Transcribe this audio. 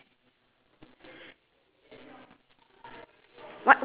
oh that's our next difference okay sher we got one more difference to find already ya